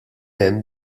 hemm